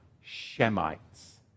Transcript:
Shemites